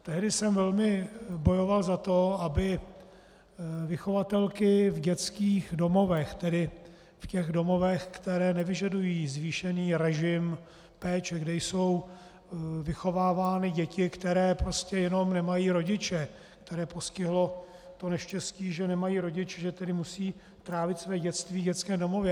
Tehdy jsem velmi bojoval za to, aby vychovatelky v dětských domovech, tedy v těch domovech, které nevyžadují zvýšený režim péče, kde jsou vychovávány děti, které prostě jenom nemají rodiče, které postihlo to neštěstí, že nemají rodiče, že tedy musí trávit své dětství v dětském domově.